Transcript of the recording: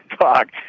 talk